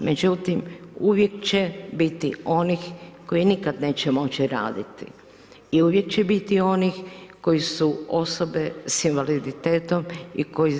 Međutim, uvijek će biti onih koji nikada neće moći raditi i uvijek će biti onih koji su osobe s invaliditetom i koji